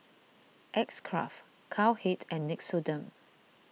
X Craft Cowhead and Nixoderm